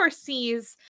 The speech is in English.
sees